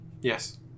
Yes